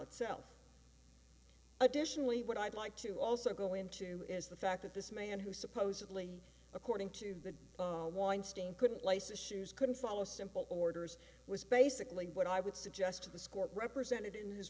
itself additionally what i'd like to also go into is the fact that this man who supposedly according to the weinstein couldn't lace issues couldn't follow simple orders was basically what i would suggest to the score represented in his